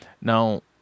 now